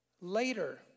later